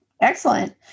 excellent